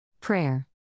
Prayer